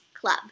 club